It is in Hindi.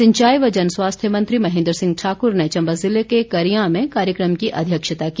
सिंचाई व जन स्वास्थ्य मंत्री महेन्द्र सिंह ठाक्र ने चम्बा जिले के करियां में कार्यक्रम की अध्यक्षता की